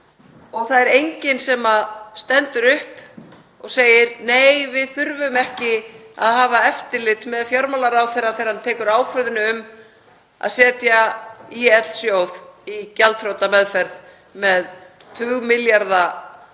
Það er enginn sem stendur upp og segir: Nei, við þurfum ekki að hafa eftirlit með fjármálaráðherra þegar hann tekur ákvörðun um að setja ÍL-sjóð í gjaldþrotameðferð með tugmilljarða kostnaði